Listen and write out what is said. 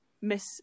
miss